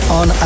on